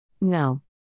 No